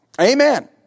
Amen